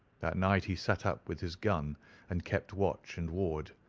that night he sat up with his gun and kept watch and ward.